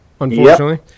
unfortunately